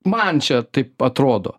man čia taip atrodo